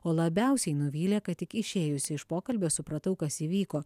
o labiausiai nuvylė kad tik išėjusi iš pokalbio supratau kas įvyko